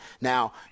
Now